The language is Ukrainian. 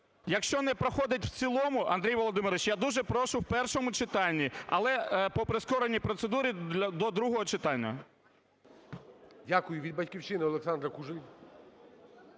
Якщо не проходить в цілому, Андрію Володимировичу, я дуже прошу в першому читанні, але по прискореній процедурі до другого читання. ГОЛОВУЮЧИЙ. Дякую. Від "Батьківщини" Олександра Кужель.